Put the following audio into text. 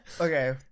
Okay